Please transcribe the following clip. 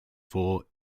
for